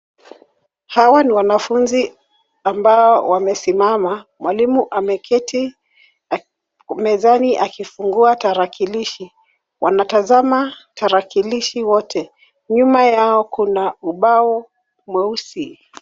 Hawa ni wanafunzi ambao wamesimama. Mwalimu ameketi mezani akifungua tarakilishi. Wanatazama tarakilishi wote. Nyuma yao kuna ubao mweusi.